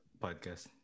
podcast